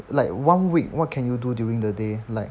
like one week what can you do during the day like